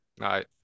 right